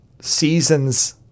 seasons